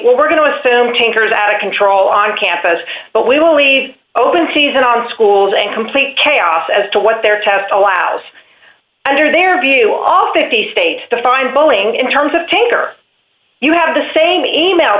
well we're going to assume changers out of control on campus but we will leave open teasin on schools and complete chaos as to what their test allows under their view all fifty states to find bowling in terms of take or you have the same email